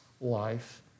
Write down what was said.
life